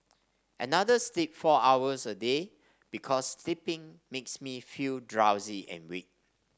another sleeps four hours a day because sleeping makes me feel drowsy and weak